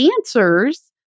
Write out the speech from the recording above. answers